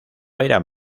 eran